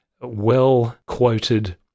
well-quoted